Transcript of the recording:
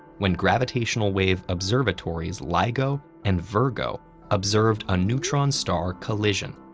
when gravitational-wave observatories ligo and virgo observed a neutron star collision.